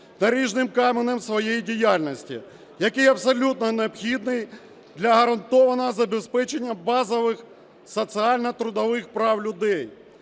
наріжним каменем своєї діяльності, який абсолютно необхідний для гарантованого забезпечення базових соціально-трудових прав людей,